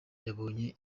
yabonye